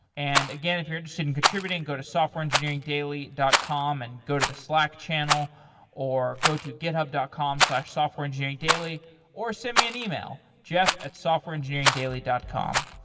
and again, if you're interested in contributing, go to softwareengineeringdaily dot com and go to the slack channel or go to github dot com slash softwareengineeringdaily or send me an email jeff at softwareengineeringdaily dot com.